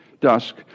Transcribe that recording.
dusk